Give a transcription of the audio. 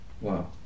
wow